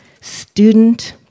student